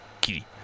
key